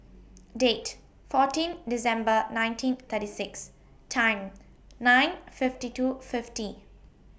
Date fourteen December nineteen thirty six Time nine fifty two fifty